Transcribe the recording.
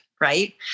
right